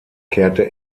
kehrte